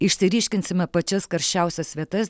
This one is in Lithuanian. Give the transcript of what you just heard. išsiryškinsime pačias karščiausias vietas